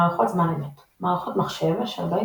מערכות זמן־אמת – מערכות מחשב אשר בהן